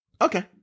Okay